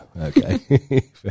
Okay